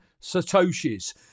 satoshis